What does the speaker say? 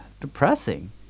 depressing